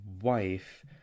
wife